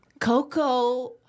Coco